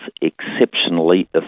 exceptionally